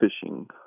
fishing